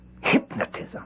Hypnotism